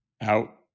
out